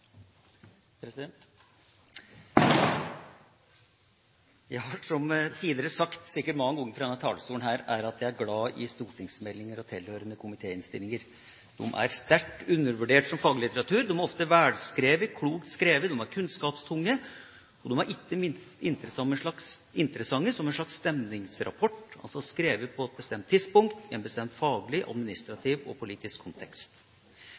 sterkt undervurdert som faglitteratur. De er ofte velskrevet og klokt skrevet. De er kunnskapstunge, og de er ikke minst interessante som en slags stemningsrapport – altså skrevet på et bestemt tidspunkt, i en bestemt faglig, administrativ og politisk kontekst.